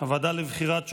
הוועדה לבחירת שופטים: